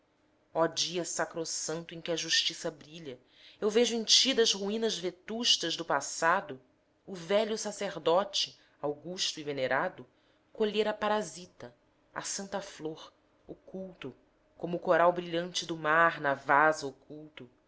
oh dia sacrossanto em que a justiça brilha eu vejo em ti das ruínas vetustas do passado o velho sacerdote augusto e venerado colher a parasita a santa flor o culto como o coral brilhante do mar na vasa oculto